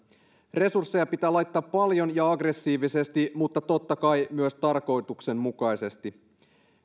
resursseja pitää laittaa paljon ja aggressiivisesti mutta totta kai myös tarkoituksenmukaisesti